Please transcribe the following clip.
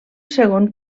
segon